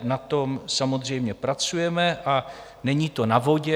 Na tom samozřejmě pracujeme a není to na vodě.